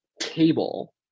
table